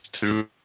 two